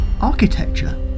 architecture